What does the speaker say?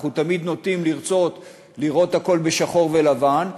אנחנו תמיד נוטים לרצות לראות הכול בשחור ולבן,